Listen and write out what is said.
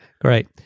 great